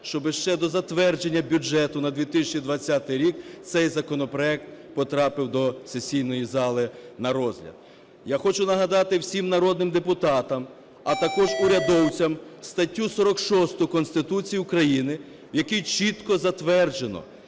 щоби ще до затвердження бюджету на 2020 рік цей законопроект потрапив до сесійної зали на розгляд. Я хочу нагадати всім народним депутатам, а також урядовцям статтю 46 Конституції України, в якій чітко затверджено,